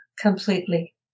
completely